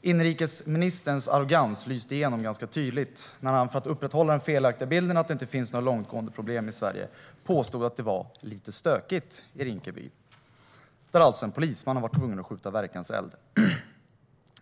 Inrikesministerns arrogans lyste igenom ganska tydligt när han, för att upprätthålla den felaktiga bilden att det inte finns några långtgående problem i Sverige, påstod att det var "lite stökigt" i Rinkeby - där alltså en polisman varit tvungen att skjuta verkanseld.